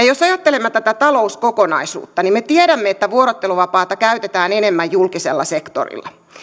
jos ajattelemme tätä talouskokonaisuutta niin me tiedämme että vuorotteluvapaata käytetään enemmän julkisella sektorilla